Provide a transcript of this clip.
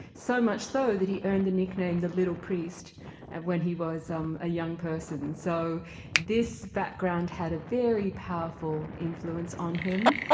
so much so that he earned the nickname the little priest and when he was um a young person. so this background had a very powerful influence on him,